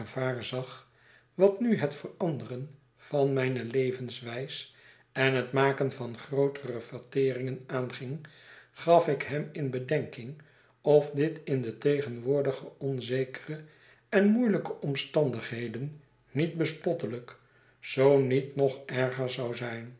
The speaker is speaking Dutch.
gevaar zag wat nu het veranderen van mijne levenswijs en het maken van grootere verteringen aanging gaf ik hem in bedenking of dit in de tegenwoordige onzekere en moeielijke omstandigheden niet bespottelijk zoo niet nog erger zou zijn